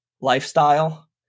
lifestyle